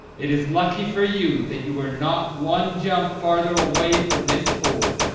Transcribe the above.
it is lucky for you that you were not one jump farther away from this hole.